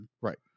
Right